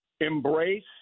embrace